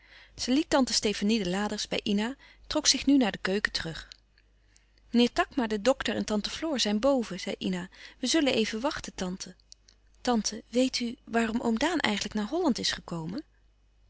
zij liet tante stefanie de laders bij ina trok zich nu naar de keuken terug meneer takma de dokter en tante floor zijn boven zei ina we zullen even wachten tante tante weet u waarom oom daan eigenlijk naar holland is gekomen